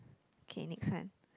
okay next one